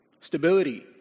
stability